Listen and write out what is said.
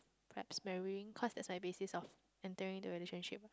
perhaps marrying cause that is a basis of entering the relationship